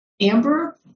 Amber